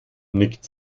nickt